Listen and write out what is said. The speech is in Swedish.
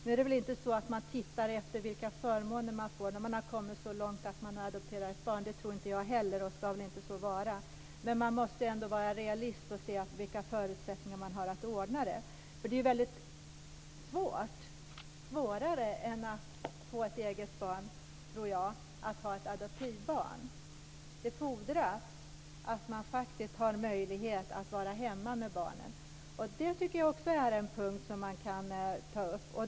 Nu är det väl inte så att man tittar efter vilka förmåner man får när man har kommit så långt att man har adopterat ett barn - det tror inte jag heller - och det ska inte så vara. Men man måste ändå vara realist och se vilka förutsättningar man har att ordna det. Det är väldigt svårt - svårare än att få ett eget barn, tror jag - att ha ett adoptivbarn. Det fordras att man faktiskt har möjlighet att vara hemma med barnet. Det tycker jag också är en punkt som man kan ta upp.